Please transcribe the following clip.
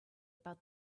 about